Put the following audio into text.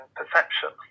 perception